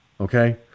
Okay